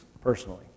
personally